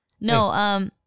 No